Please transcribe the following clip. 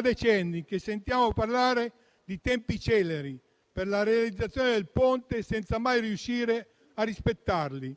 decenni che sentiamo parlare di tempi celeri per la realizzazione del Ponte, senza mai riuscire a rispettarli.